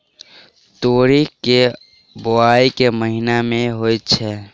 तोरी केँ बोवाई केँ महीना मे होइ छैय?